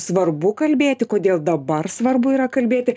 svarbu kalbėti kodėl dabar svarbu yra kalbėti